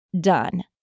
done